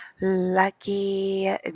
Lucky